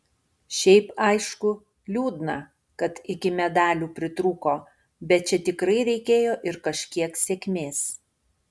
šiaip aišku liūdna kad iki medalių pritrūko bet čia tikrai reikėjo ir kažkiek sėkmės